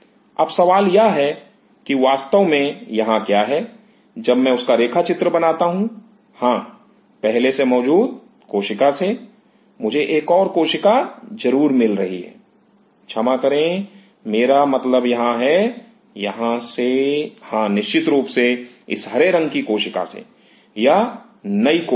अब सवाल यह है कि वास्तव में यहाँ क्या है जब मैं उसका रेखा चित्र बनाता हूं हां पहले से मौजूद कोशिका से मुझे एक और कोशिका ज़रूर मिल रही है क्षमा करें मेरा मतलब यहाँ है यहाँ से हाँ निश्चित रूप से इस हरे रंग की कोशिका से यह नई कोशिका है